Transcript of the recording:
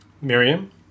Miriam